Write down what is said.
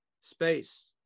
space